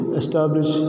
establish